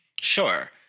Sure